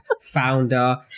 founder